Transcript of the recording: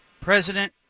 President